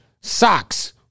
socks